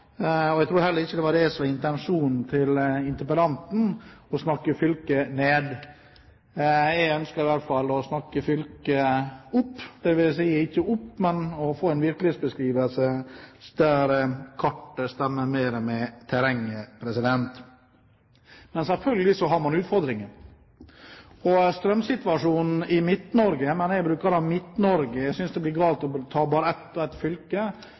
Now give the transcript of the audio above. men jeg tror ikke det var intensjonen til interpellanten å snakke fylket ned. Jeg ønsker i hvert fall å snakke fylket opp, dvs. ikke «opp», men å få fram en virkelighetsbeskrivelse der kartet stemmer bedre med terrenget. Selvfølgelig har man utfordringer. Til strømsituasjonen i Midt-Norge: Jeg bruker å nevne hele Midt-Norge, for jeg synes det blir galt å ta bare ett og ett fylke.